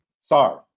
Sorry